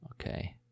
Okay